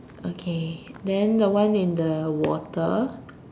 okay then the one in the water